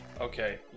Okay